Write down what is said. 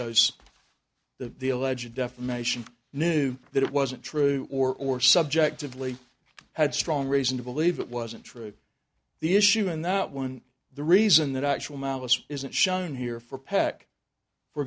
the the alleged defamation knew that it wasn't true or subjectively had strong reason to believe it wasn't true the issue in that one the reason that actual malice isn't shown here for peck for